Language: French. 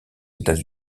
états